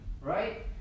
right